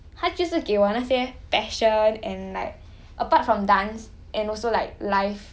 他就是给我那些 passion and like apart from dance and also like life